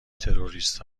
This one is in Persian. تروریست